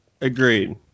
Agreed